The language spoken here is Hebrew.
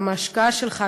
גם ההשקעה שלך,